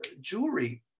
jewelry